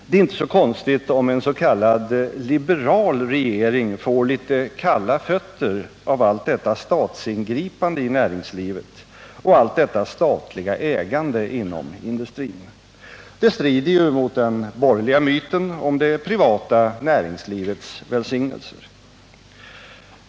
Det är inte så konstigt om en s.k. liberal regering får litet kalla fötter av allt detta statsingripande i näringslivet och allt detta statliga ägande inom industrin. Det strider ju mot den borgerliga myten om det privata näringslivets välsignelser.